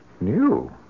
New